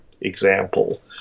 example